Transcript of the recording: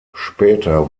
später